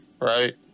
right